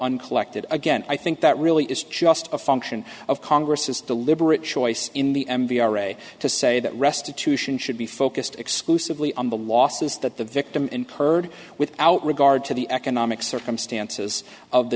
uncollected again i think that really is just a function of congress is deliberate choice in the m v ira to say that restitution should be focused exclusively on the losses that the victim incurred without regard to the economic circumstances of the